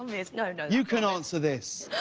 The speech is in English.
you know and you can answer this.